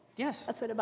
Yes